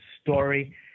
story